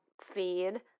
feed